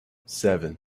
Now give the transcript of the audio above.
seven